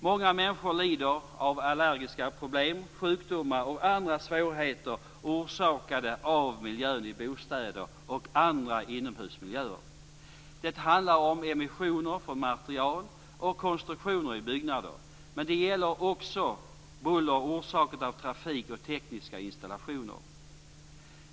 Många människor lider av allergiska problem, sjukdomar och andra svårigheter orsakade av miljön i bostäder och andra inomhusmiljöer. Det handlar om emissioner från material och konstruktioner i byggnader. Men det gäller också buller orsakat av trafik och tekniska installationer.